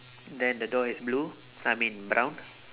then the door is blue I mean brown